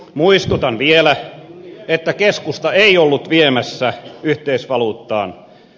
muistutan vielä että keskusta ei ollut viemässä yhteisvaluuttaan